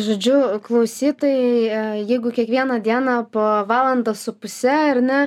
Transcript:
žodžiu klausytojai jeigu kiekvieną dieną po valandą su puse ar ne